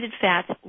fats